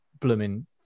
blooming